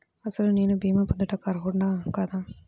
అసలు నేను భీమా పొందుటకు అర్హుడన కాదా?